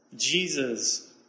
Jesus